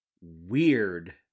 weird